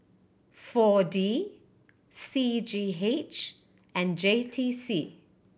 Four D C G H and J T C